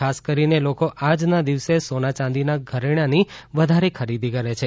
ખાસ કરીને લોકો આજનાં દિવસે સોના યાંદીનાં ઘરેણાની વધારે ખરીદી કરે છે